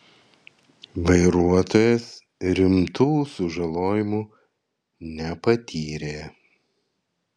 vairuotojas rimtų sužalojimų nepatyrė